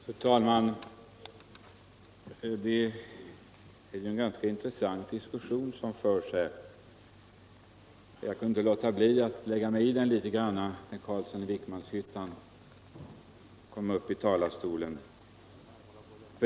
Fru talman! Det är en ganska intressant diskussion som förs här. Jag kan inte låta bli att lägga mig i den sedan herr Carlsson i Vikmanshyttan varit uppe i talarstolen.